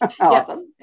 Awesome